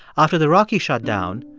after the rocky shut down,